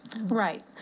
Right